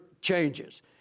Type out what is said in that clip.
changes